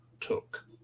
took